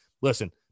Listen